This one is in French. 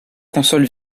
console